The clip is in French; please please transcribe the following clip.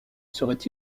serait